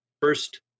first